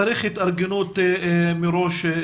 צריך התארגנות מראש.